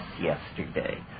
yesterday